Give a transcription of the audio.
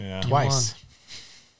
Twice